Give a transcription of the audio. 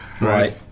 Right